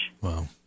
Wow